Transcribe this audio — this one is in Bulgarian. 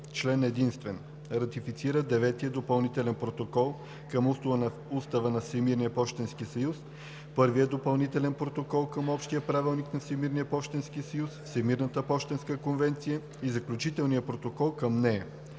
Член единствен. Ратифицира Деветия допълнителен протокол към Устава на Всемирния пощенски съюз, Първия допълнителен протокол към Общия правилник на Всемирния пощенски съюз, Всемирната пощенска конвенция и Заключителния протокол към нея,